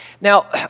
Now